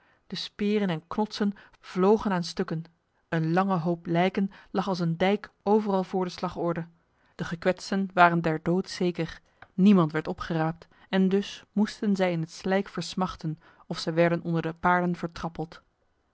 de speren en knotsen vlogen aan stukken een lange hoop lijken lag als een dijk overal voor de slagorde de gekwetsten waren der dood zeker niemand werd opgeraapt en dus moesten zij in het slijk versmachten of zij werden onder de paarden